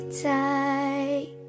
tight